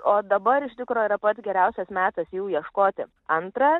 o dabar iš tikro yra pats geriausias metas jau ieškoti antra